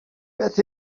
beth